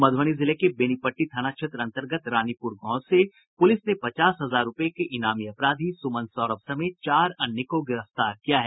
मध्रबनी जिले के बेनीपट्टी थाना क्षेत्र अंतर्गत रानीपुर गांव से पुलिस ने पचास हजार रूपये के ईनामी अपराधी सुमन सौरभ समेत चार अन्य को गिरफ्तार किया है